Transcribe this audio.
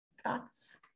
Thoughts